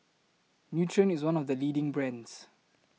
Nutren IS one of The leading brands